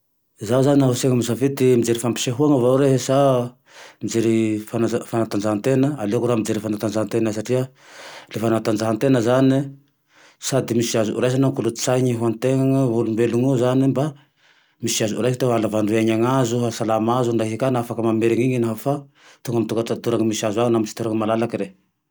Zaho zane naho asaio misafidy ty mijery fampisehoana va rehy sa mijery fanatanjahatena, aleoko raho mijery fanatanjahatena satria le fanatanjaha tena zane sady misy azo ho raisina, no kolotsaina ho antena ho an'ny olombelone eo, mba misy raha zao raisaina mba hahalava andro iainanazo hahazo hasalama azo dra i ka mameriny iny naho fa tonga amy toerany misy azo agne, amy ty toera malalaky re.